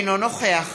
אינו נוכח